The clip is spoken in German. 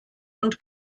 und